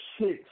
six